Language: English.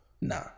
Nah